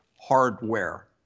hardware